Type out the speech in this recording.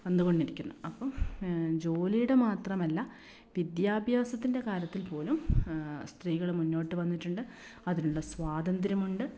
വന്നു കൊണ്ടിരിക്കുന്നു അപ്പം ജോലിയുടെ മാത്രമല്ല വിദ്യാഭ്യാസത്തിൻ്റെ കാര്യത്തിൽ പോലും സ്ത്രീകൾ മുന്നോട്ട് വന്നിട്ടുണ്ട് അതിനുള്ള സ്വാതന്ത്യ്രമുണ്ട്